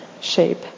shape